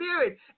Spirit